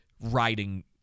writing